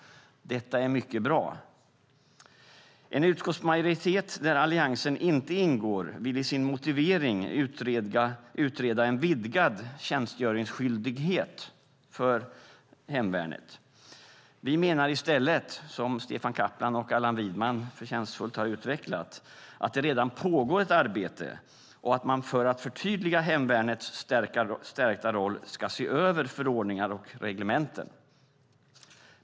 Detta är mycket bra. En utskottsmajoritet där Alliansen inte ingår vill i sin motivering utreda en utvidgad tjänstgöringsskyldighet för hemvärnet. Vi menar i stället, som Stefan Caplan och Allan Widman förtjänstfullt har utvecklat, att det redan pågår ett arbete och att man för att förtydliga hemvärnets stärkta roll ska se över förordningar och reglementen.